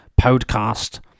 podcast